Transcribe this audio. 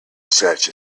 such